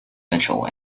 mitchell